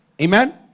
Amen